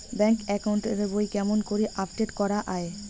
Bank account এর বই কেমন করি আপডেট করা য়ায়?